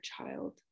child